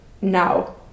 now